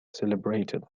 celebrated